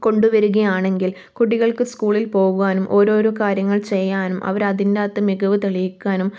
കൊണ്ടുവരികയാണെങ്കിൽ കുട്ടികൾക്ക് സ്കൂളിൽ പോകുവാനും ഓരോരോ കാര്യങ്ങൾ ചെയ്യാനും അവർ അതിന്റകത്ത് മികവ് തെളിയിക്കാനും